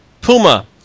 Puma